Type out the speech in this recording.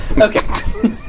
Okay